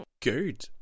good